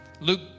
Luke